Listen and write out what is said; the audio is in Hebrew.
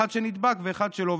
אחד שנדבק ואחד שלא,